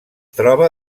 troba